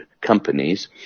Companies